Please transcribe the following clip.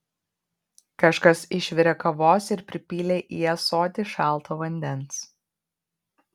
kažkas išvirė kavos ir pripylė į ąsotį šalto vandens